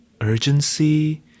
urgency